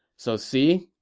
so see,